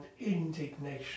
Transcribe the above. indignation